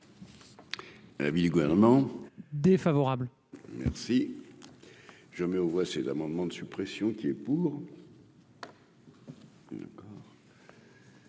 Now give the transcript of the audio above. Avis du gouvernement. Défavorable. Merci. Je mets aux voix c'est d'amendement de suppression qui est pour.